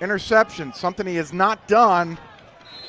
interception, something he has not donne